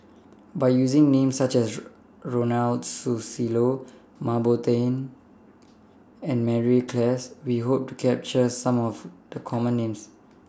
By using Names such as Ronald Susilo Mah Bow Tan and Mary Klass We Hope to capture Some of The Common Names